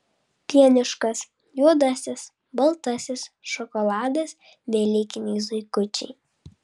pieniškas juodasis baltasis šokoladas velykiniai zuikučiai